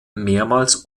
mehrmals